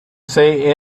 say